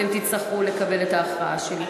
אתם תצטרכו לקבל את ההכרעה שלי.